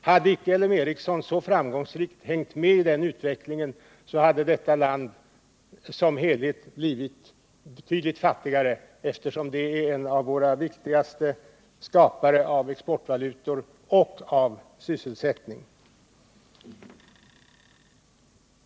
Om L M Ericsson inte så framgångsrikt hängt med i den utvecklingen hade detta land som helhet blivit betydligt fattigare, eftersom denna produktion är en av våra viktigare skapare av exportvalutor och av sysselsättning.